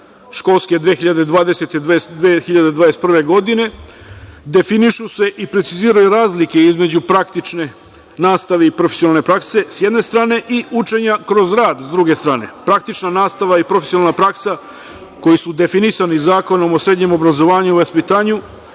školske 2020/2021. godine. Definišu se i preciziraju razlike između praktične nastave i profesionalne prakse, sa jedne strane i učenja kroz rad, s druge strane. Praktična nastava i profesionalna praksa koji su definisani Zakonom o srednjem obrazovanju i vaspitanju